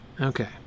Okay